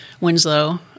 winslow